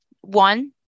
One